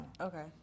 Okay